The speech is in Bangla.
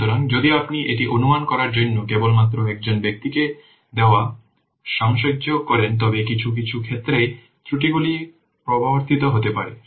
সুতরাং যদি আপনি এটি অনুমান করার জন্য কেবলমাত্র একজন ব্যক্তিকে দেওয়া সামঞ্জস্য করেন তবে কিছু কিছু ক্ষেত্রে ত্রুটিগুলি প্রবর্তিত হতে পারে